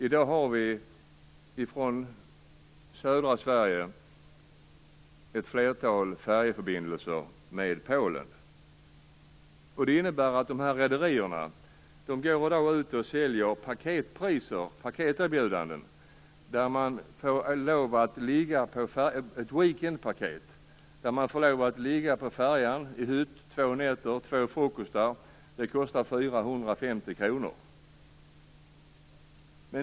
I dag har vi från södra Sverige ett flertal färjeförbindelser med Polen. De här rederierna erbjuder ett weekend-paket. I det ingår två nätter i hytt och två frukostar, och det kostar 450 kr.